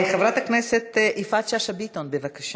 חברת הכנסת יפעת שאשא ביטון, בבקשה.